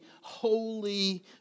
holy